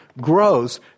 grows